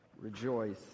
Rejoice